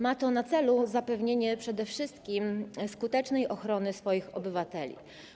Ma to na celu zapewnienie przede wszystkim skutecznej ochrony swoich obywateli.